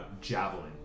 javelin